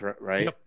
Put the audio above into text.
right